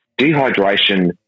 dehydration